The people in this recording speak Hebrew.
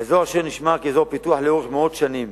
האזור נשמר כאזור פתוח לאורך מאות שנים,